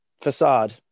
facade